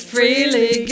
Freely